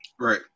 Right